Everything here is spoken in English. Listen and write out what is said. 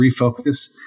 refocus